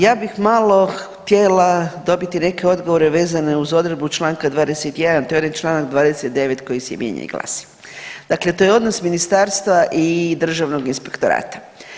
Ja bih malo htjela dobiti neke odgovore vezane uz odredbu čl. 21, to je onaj čl. 29 koji se mijenja i glasi, dakle to je odnos Ministarstva i Državnog inspektorata.